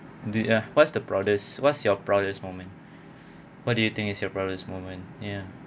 the ah what's the proudest what's your proudest moment what do you think is your proudest moment ya